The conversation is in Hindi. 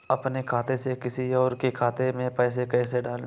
अपने खाते से किसी और के खाते में पैसे कैसे डालें?